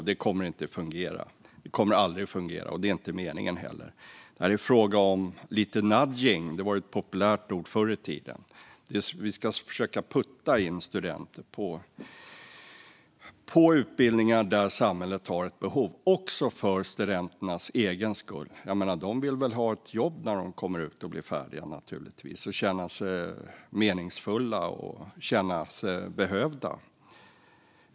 Det kommer aldrig att fungera, och det är heller inte meningen. Det är fråga om lite nudging. Det var ett populärt ord förr i tiden. Vi ska försöka putta in studenter på utbildningar där samhället har ett behov också för studenternas egen skull. De vill väl naturligtvis ha ett jobb när de kommer ut och blir färdiga, känna sig meningsfulla och behövda.